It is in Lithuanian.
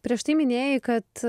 prieš tai minėjai kad